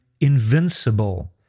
invincible